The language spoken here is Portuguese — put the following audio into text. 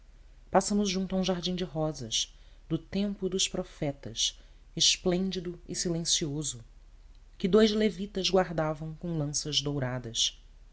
passamos junto a um jardim de rosas do tempo dos profetas esplêndido e silencioso que dous levitas guardavam com lanças douradas